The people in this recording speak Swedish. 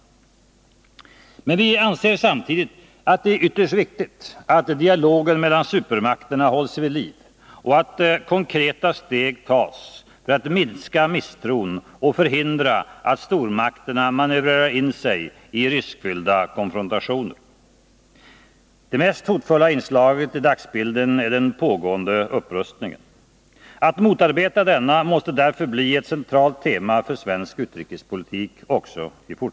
Men vi anser samtidigt att det är ytterst viktigt att dialogen mellan supermakterna hålls vid liv och att konkreta steg tas för att minska misstron och förhindra att stormakterna manövrerar sig in i riskfyllda konfrontationer. Det mest hotfulla inslaget i dagsbilden är den pågående upprustningen. Att motarbeta denna måste därför förbli ett centralt tema för svensk utrikespolitik.